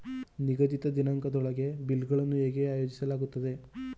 ನಿಗದಿತ ದಿನಾಂಕದೊಳಗೆ ಬಿಲ್ ಗಳನ್ನು ಹೇಗೆ ಆಯೋಜಿಸಲಾಗುತ್ತದೆ?